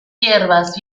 hierbas